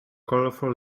colorful